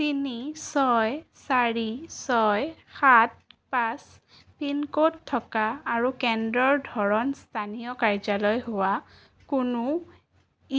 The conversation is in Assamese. তিনি ছয় চাৰি ছয় সাত পাঁচ পিন ক'ড থকা আৰু কেন্দ্ৰৰ ধৰণ স্থানীয় কাৰ্যালয় হোৱা কোনো